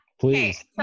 Please